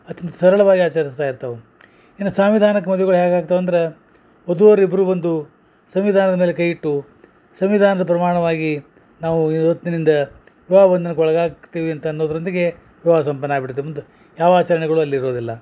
ಅತ್ಯಂತ ಸರಳವಾಗಿ ಆಚರ್ಸ್ತಾ ಇರ್ತವು ಇನ್ನು ಸಾಂವಿಧಾನಿಕ ಮದ್ವಿಗಳು ಹ್ಯಾಗ ಆಗ್ತವು ಅಂದ್ರ ವಧುವರ್ರಿಬ್ಬರು ಬಂದು ಸಂವಿಧಾನದ ಮೇಲೆ ಕೈ ಇಟ್ಟು ಸಂವಿಧಾನದ ಪ್ರಮಾಣವಾಗಿ ನಾವು ಇವತ್ತಿನಿಂದ ವಿವಾಹ ಬಂಧನಕ್ಕೆ ಒಳಗಾಗ್ತೀವಿ ಅಂತ ಅನ್ನೋದರೊಂದಿಗೆ ವಿವಾಹ ಸಂಪನ್ನ ಆಗಿ ಬಿಡ್ತು ಮುಂದೆ ಯಾವ ಆಚರಣೆಗಳು ಅಲ್ಲಿ ಇರೋದಿಲ್ಲ